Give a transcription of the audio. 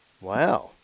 Wow